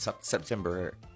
September